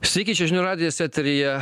sveiki čia žinių radijas eteryje